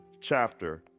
chapter